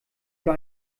für